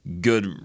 good